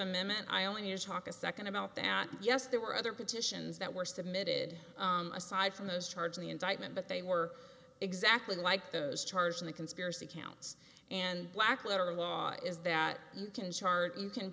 amendment iowan your talk a second about that yes there were other petitions that were submitted aside from those charged in the indictment but they were exactly like those charged in the conspiracy counts and black letter law is that you can charge you can